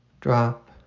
drop